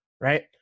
right